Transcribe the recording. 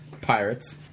Pirates